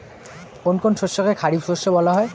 কোন কোন শস্যকে খারিফ শস্য বলা হয়?